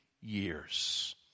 years